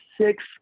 six